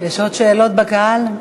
יש עוד שאלות בקהל?